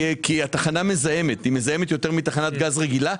כי התחנה מזהמת יותר מתחנת גז רגילה.